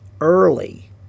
early